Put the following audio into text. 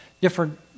different